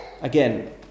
again